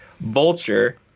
Vulture